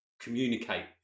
communicate